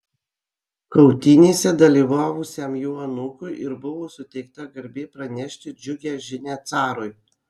kautynėse dalyvavusiam jo anūkui ir buvo suteikta garbė pranešti džiugią žinią carui